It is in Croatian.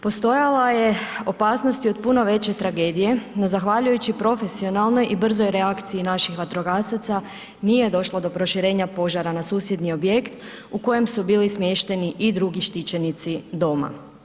Postojala je opasnost i od puno veće tragedije, no zahvaljujući profesionalnoj i brzoj reakciji naših vatrogasaca, nije došlo do proširenja požara na susjedni objekt u kojem su bili smješteni i drugi štićenici doma.